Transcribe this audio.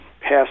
passed